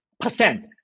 percent